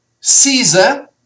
Caesar